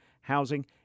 housing